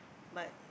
but